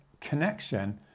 connection